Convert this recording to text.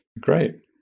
Great